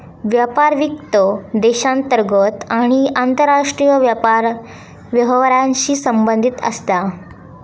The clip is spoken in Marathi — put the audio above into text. व्यापार वित्त देशांतर्गत आणि आंतरराष्ट्रीय व्यापार व्यवहारांशी संबंधित असता